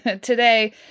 today